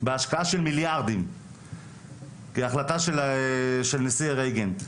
בהשקעה של מיליארדים כהחלטה של הנשיא רייגן,